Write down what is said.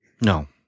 No